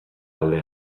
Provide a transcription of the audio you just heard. alde